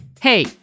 Hey